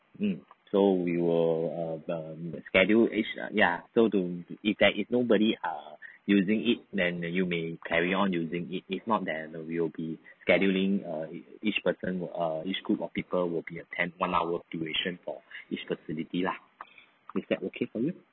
mm so we will err the schedule each ya so to to if there is nobody err using it then you may carry on using it if not then we'll be scheduling err each each person err each group of people will be at ten one hour duration for each facility lah is that okay for you